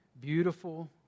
beautiful